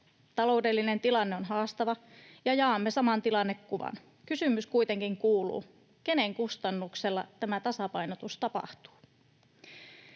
Taloudellinen tilanne on haastava, ja jaamme saman tilannekuvan. Kysymys kuitenkin kuuluu: kenen kustannuksella tämä tasapainotus tapahtuu?